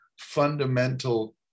fundamental